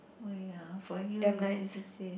oh ya for you easy to say